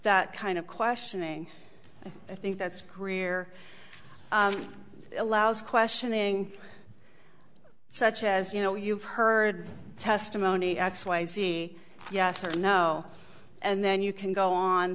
that kind of questioning i think that's greer allows questioning such as you know you've heard testimony x y z yes or no and then you can go on